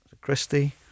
Christie